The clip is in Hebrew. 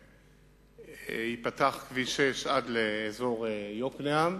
ייפתח כביש 6 עד לאזור יוקנעם,